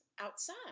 outside